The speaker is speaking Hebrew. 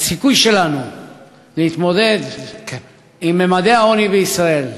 הסיכוי שלנו להתמודד עם ממדי העוני בישראל,